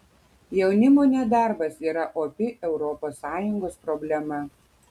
jaunimo nedarbas yra opi europos sąjungos problema